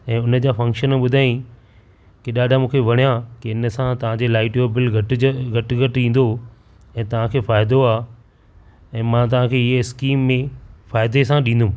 ऐं हुन जा फॅनक्शन ॿुधाईं की ॾाढा मूंखे वणयां की इन सां तव्हां जे लाइट जो बिल घटिजलु घटि घटि ईंदो ऐं तव्हां खे फ़ाइदो आहे ऐं मां तव्हां खे हीअ स्कीम में फ़ाइदे सां ॾींदुमि